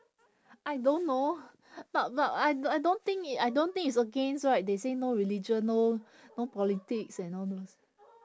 I don't know but but I I don't think it I don't think it's against right they say no religion no no politics and all those